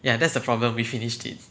ya that's the problem we finished it